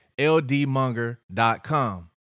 ldmonger.com